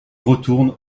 retourne